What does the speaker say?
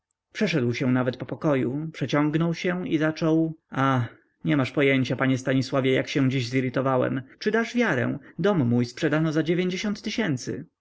przeszedł się nawet po pokoju przeciągnął się i zaczął a nie masz pojęcia panie stanisławie jak się dziś zirytowałem czy dasz wiarę dom mój sprzedano za dziewięćdziesiąt tysięcy